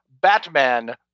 Batman